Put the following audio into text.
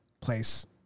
place